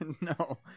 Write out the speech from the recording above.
No